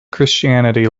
christianity